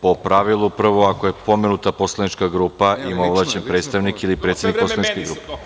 Po pravilu, prvo ako je pomenuta poslanička grupa ima ovlašćen predstavnik ili predsednik poslaničke grupe.